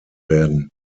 werden